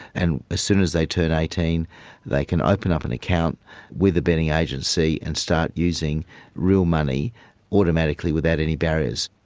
and as soon as they turn eighteen they can open up an account with a betting agency and start using real money automatically without any barriers.